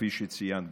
כפי שציינת,